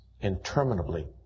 interminably